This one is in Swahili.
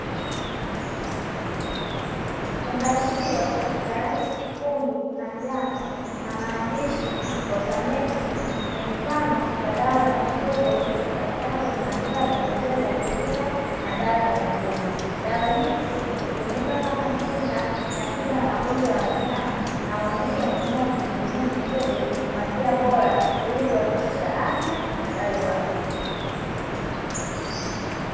Kifungashio chenye rangi nyekundu na njano na maandishi ya kisameksi ni mfano wa dawa za mifugo zinazopatikana kwenye maduka ya pembejeo za kilimo na dawa za mifumo. Dawa hizi hutumika kama kinga na tiba ya magonjwa ya wanyama na huonyesha umuhimu wa kuhudumia mifugo kwa njia bora ili kuhakikisha afya na ustawi wao."